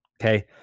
Okay